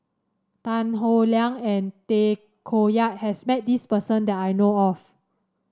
Tan Howe Liang and Tay Koh Yat has met this person that I know of